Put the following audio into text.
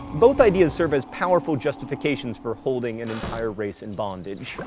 both ideas serve as powerful justifications for holding an entire race in bondage.